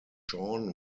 sean